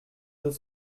deux